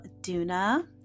Duna